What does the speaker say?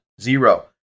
Zero